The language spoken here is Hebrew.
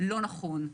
לא נכון.